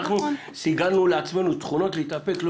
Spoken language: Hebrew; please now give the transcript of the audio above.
אנחנו סיגלנו לעצמנו תכונות להתאפק לא